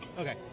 Okay